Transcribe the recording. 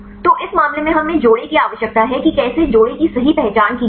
तो इस मामले में हमें जोड़े की आवश्यकता है कि कैसे जोड़े की सही पहचान की जाए